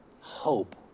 Hope